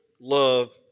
love